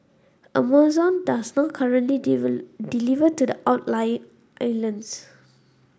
Amazon does not currently deliver to the outlying islands